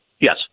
Yes